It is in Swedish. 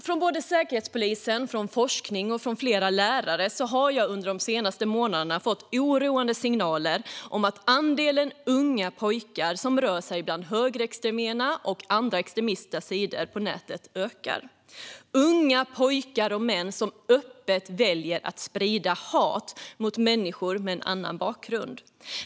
Från Säkerhetspolisen, forskningen och flera lärare har jag de senaste månaderna fått oroande signaler om att andelen unga pojkar som rör sig bland högerextrema sidor och andra extremistiska sidor på nätet ökar. Unga pojkar och män väljer att öppet sprida hat mot människor med en annan bakgrund.